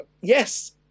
yes